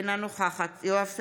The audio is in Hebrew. אינה נוכחת יואב סגלוביץ'